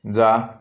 जा